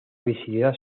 visibilidad